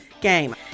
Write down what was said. game